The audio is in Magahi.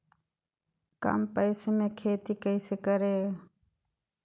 कम पैसों में खेती कैसे करें?